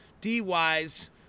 D-wise